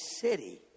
city